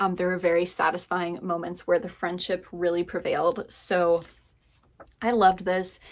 um there are very satisfying moments where the friendship really prevailed. so i loved this,